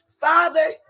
father